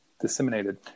disseminated